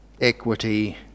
equity